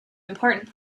important